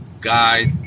guide